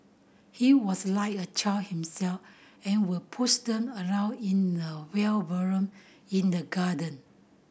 he was like a child himself and would push them around in a wheelbarrow in the garden